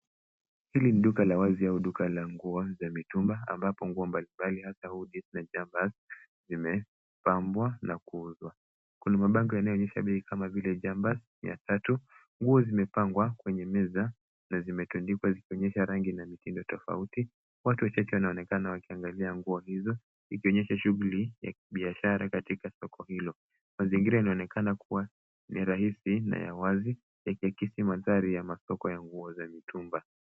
Hili ni duka la wazi au duka la nguo za mitumba ambapo nguo mbalimbali hata hoodies na jumpers zimepambwa na kuuzwa. Kuna mabango yanayoonyesha bei kama vile jumpers mia tatu. Nguo zimepangwa kwenye meza na zimetandikwa zikionyesha rangi na mitindo tofauti. Watu wachache wanaonekana wakiangalia nguo hizo ikionyesha shughuli ya kibiashara katika soko hilo na zingine zinaonekana kuwa ni rahisi na ya wazi yakiakisi mandhari ya masoko ya nguo ya mtumba.